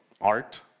art